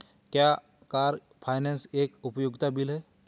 क्या car finance एक उपयोगिता बिल है?